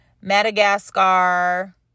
madagascar